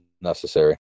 necessary